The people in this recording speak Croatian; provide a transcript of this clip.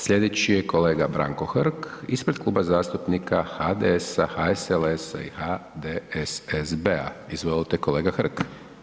Sljedeći je kolega Branko Hrg ispred Kluba zastupnika HDS-a, HSLS-a i HDSSB-a, izvolite kolega Hrg.